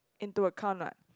into account what